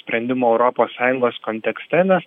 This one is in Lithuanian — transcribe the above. sprendimo europos sąjungos kontekste nes